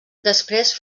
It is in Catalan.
després